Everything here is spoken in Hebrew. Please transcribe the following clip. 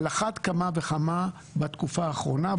על אחת כמה וכמה בתקופה האחרונה,